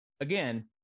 again